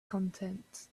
content